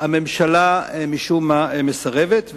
הממשלה משום מה מסרבת לה.